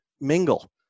mingle